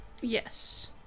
yes